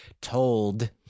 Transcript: told